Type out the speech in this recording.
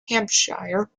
hampshire